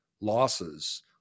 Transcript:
losses